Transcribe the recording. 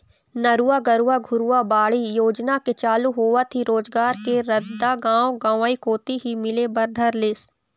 नरूवा, गरूवा, घुरूवा, बाड़ी योजना के चालू होवत ही रोजगार के रद्दा गाँव गंवई कोती ही मिले बर धर लिस